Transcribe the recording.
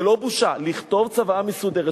זו לא בושה, לכתוב צוואה מסודרת.